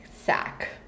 Sack